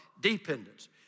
dependence